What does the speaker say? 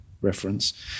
reference